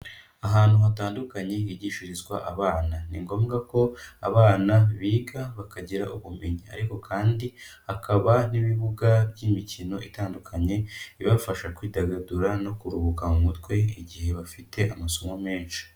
Ahantu hatandukanye higishirizwa abana ni ngombwa ko abana biga bakagira ubumenyi, ariko kandi hakaba n'ibibuga by'imikino itandukanye ibafasha kwidagadura no kuruhuka mu mutwe igihe bafite amasomo menshi.